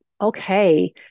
Okay